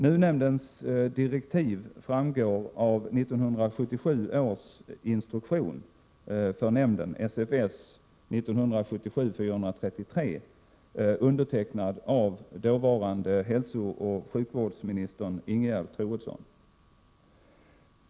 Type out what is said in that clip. NUU-nämndens direktiv framgår av 1977 års instruktion för nämnden , undertecknad av dåvarande hälsooch sjukvårdsministern Ingegerd Troedsson.